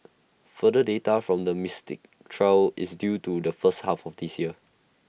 further data from the Mystic trial is due to the first half of this year